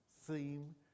theme